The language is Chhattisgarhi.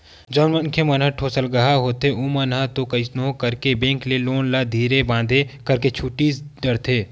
जउन मनखे मन ह ठोसलगहा होथे ओमन ह तो कइसनो करके बेंक के लोन ल धीरे बांधे करके छूटीच डरथे